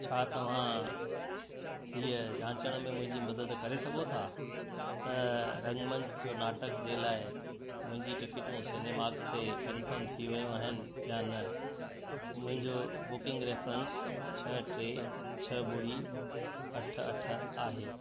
छा तव्हां हीअ जाचण में मुंहिंजी मदद करे सघो था त रंगमंच जो नाटक जे लाइ मुंहिंजी टिकिटूं सिनेमार्क ते कन्फर्म थी वियूं आहिनि या न मुंहिंजो बुकिंग रेफेरेंस छह टे छ्ह ॿुड़ी अठ अठ आहे